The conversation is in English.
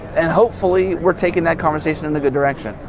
and hopefully we're taking that conversation in the direction.